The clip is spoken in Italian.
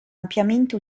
ampiamente